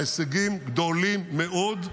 ההישגים גדולים מאוד,